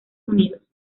unidos